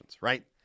right